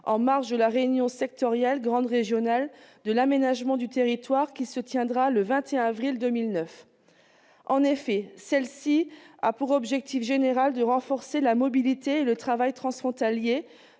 en marge de la réunion sectorielle grand-régionale de l'aménagement du territoire qui se tiendra le 21 avril 2009. En effet, celle-ci a pour objectif général de renforcer la mobilité et le travail transfrontaliers,